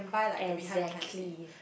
exactly